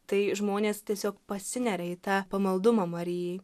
tai žmonės tiesiog pasineria į tą pamaldumą marijai